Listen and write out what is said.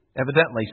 Evidently